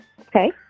okay